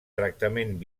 tractament